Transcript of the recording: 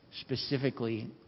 specifically